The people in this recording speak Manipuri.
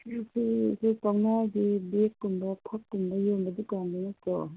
ꯁꯤꯕꯨ ꯑꯩꯈꯣꯏ ꯀꯧꯅꯥꯒꯤ ꯕꯦꯛꯀꯨꯝꯕ ꯐꯛꯀꯨꯝꯕ ꯌꯣꯟꯕ ꯗꯨꯀꯥꯟꯗꯨ ꯅꯠꯇ꯭ꯔꯣ